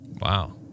Wow